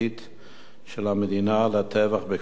של המדינה לטבח בכפר-קאסם,